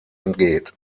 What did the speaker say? entgeht